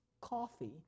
coffee